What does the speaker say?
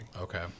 okay